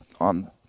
on